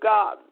God